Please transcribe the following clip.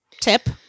tip